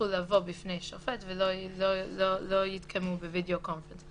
לבוא בפני שופט ולא יתקיימו בווידיאו קונפרנס.